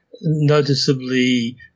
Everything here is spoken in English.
noticeably